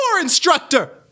instructor